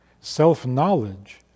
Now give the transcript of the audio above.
Self-knowledge